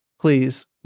please